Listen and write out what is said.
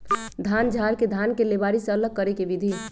धान झाड़ के धान के लेबारी से अलग करे के विधि